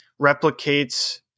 replicates